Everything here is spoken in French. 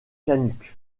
canucks